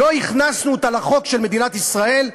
לא הכנסנו אותה לחוק של מדינת ישראל,